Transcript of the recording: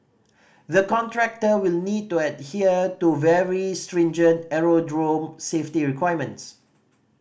the contractor will need to adhere to very stringent aerodrome safety requirements